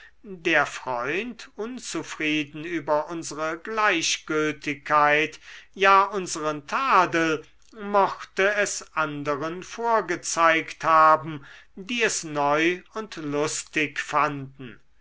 der freund unzufrieden über unsere gleichgültigkeit ja unseren tadel mochte es anderen vorgezeigt haben die es neu und lustig fanden